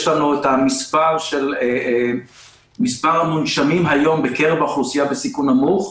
יש לנו את מספר המונשמים היום בקרב האוכלוסייה בסיכון נמוך,